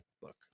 book